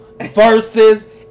versus